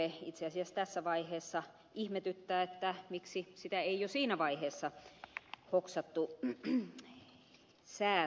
itse asiassa tässä vaiheessa ihmetyttää miksi sitä ei jo siinä vaiheessa hoksattu säätää